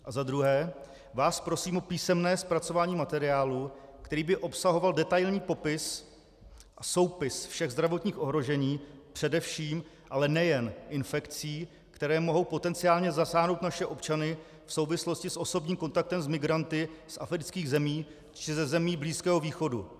A za druhé vás prosím o písemné zpracování materiálu, který by obsahoval detailní popis a soupis všech zdravotních ohrožení, především, ale nejen infekcí, které mohou potenciálně zasáhnout naše občany v souvislosti s osobním kontaktem s migranty z afrických zemí či ze zemí Blízkého východu.